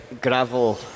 gravel